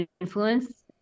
influence